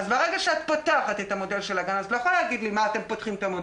אז אם את באה לקחת ממישהו אז את צריכה לראות מה חסר.